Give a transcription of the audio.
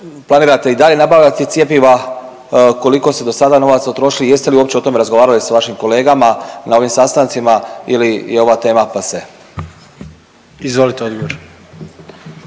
Planirate i dalje nabavljati cjepiva? Koliko ste do sada novaca utrošili? Jeste li uopće o tome razgovarali sa vašim kolegama na ovim sastancima ili je ova tema pase? **Jandroković,